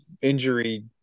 injury